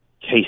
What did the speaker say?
case